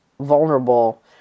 vulnerable